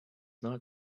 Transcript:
not